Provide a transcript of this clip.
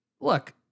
Look